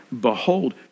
Behold